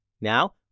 Now